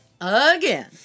again